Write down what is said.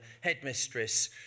headmistress